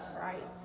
right